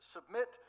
Submit